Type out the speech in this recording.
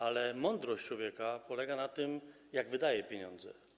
Ale mądrość człowieka polega na tym, jak wydaje pieniądze.